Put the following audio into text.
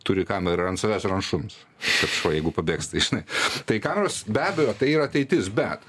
turi kamerą ir ant savęs ir ant šuns kad šuo jeigu pabėgs tai žinai tai kameros be abejo tai yra ateitis bet